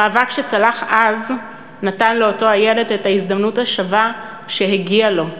המאבק שצלח אז נתן לאותו הילד את ההזדמנות השווה שהגיעה לו.